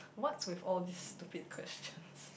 what's with all these stupid questions